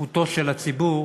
זכותו של הציבור